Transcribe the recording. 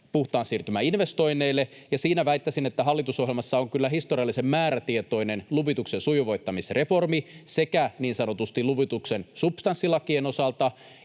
puhtaan siirtymän investoinneille, ja siinä väittäisin, että hallitusohjelmassa on kyllä historiallisen määrätietoinen luvituksen sujuvoittamisreformi sekä niin sanotusti luvituksen substanssilakien osalta